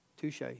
Touche